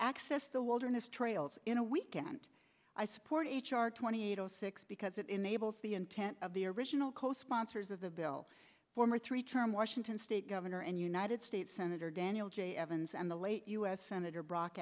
access the wilderness trails in a weekend i support h r twenty eight zero six because it enables the intent of the original co sponsors of the bill former three term washington state governor and united states senator daniel j evans and the late u s senator brock